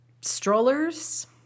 strollers